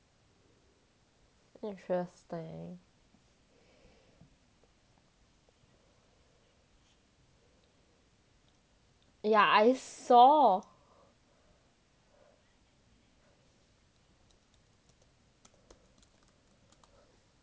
interesting yeah I saw